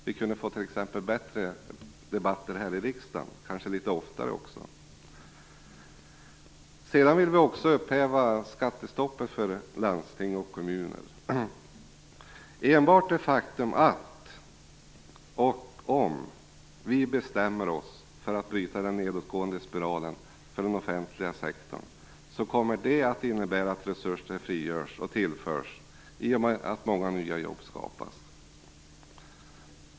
Vi kunde t.ex. få bättre debatter här i riksdagen, kanske litet oftare också. Dessutom vill vi upphäva skattestoppet för landsting och kommuner. Enbart det faktum att, eller om vi bestämmer oss för att bryta den nedåtgående spiralen för den offentliga sektorn kommer att innebära att resurser frigörs och tillförs, i och med att många nya jobb skapas.